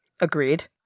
Agreed